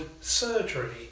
surgery